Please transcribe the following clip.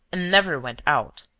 and never went out.